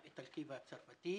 האיטלקי והצרפתי.